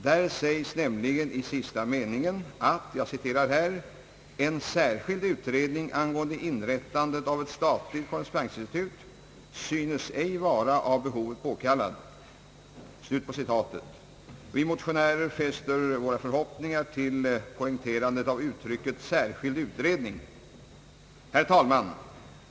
Där säges nämligen i sista meningen: »En särskild utredning angående inrättande av ett statligt korrespondensinstitut syns ej vara av behovet påkallad.» Vi motionärer fäste våra förhoppningar till poängterandet av uttrycket »särskild utredning». Herr talman!